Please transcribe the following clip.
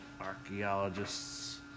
archaeologists